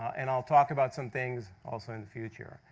and i'll talk about some things also in the future.